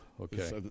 okay